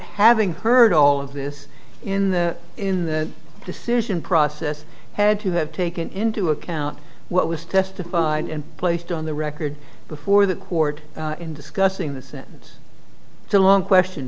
having heard all of this in the in the decision process had to have taken into account what was testified and placed on the record before the court in discussing the sentence it's a long question